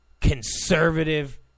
conservative